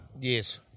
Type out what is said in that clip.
Yes